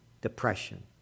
depression